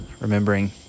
remembering